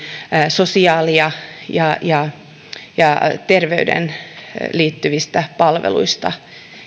sosiaali ja ja terveydenhuoltoon liittyvistä palveluista